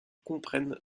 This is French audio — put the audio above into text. comprenne